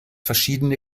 verschiedene